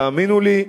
תאמינו לי,